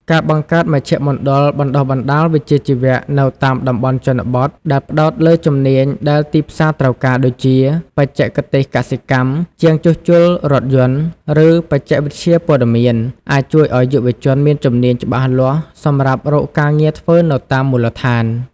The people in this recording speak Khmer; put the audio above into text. ការបង្កើតមជ្ឈមណ្ឌលបណ្តុះបណ្តាលវិជ្ជាជីវៈនៅតាមតំបន់ជនបទ ដែលផ្តោតលើជំនាញដែលទីផ្សារត្រូវការ ដូចជា បច្ចេកទេសកសិកម្ម ជាងជួសជុលរថយន្ត ឬបច្ចេកវិទ្យាព័ត៌មាន អាចជួយឲ្យយុវជនមានជំនាញច្បាស់លាស់សម្រាប់រកការងារធ្វើនៅតាមមូលដ្ឋាន។